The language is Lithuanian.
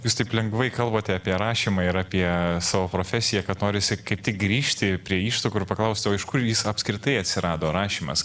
jūs taip lengvai kalbate apie rašymą ir apie savo profesiją kad norisi kaip tik grįžti prie ištakų ir paklausti o iš kur jis apskritai atsirado rašymas